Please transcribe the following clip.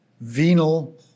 venal